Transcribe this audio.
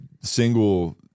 single